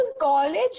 college